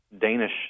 Danish